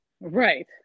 Right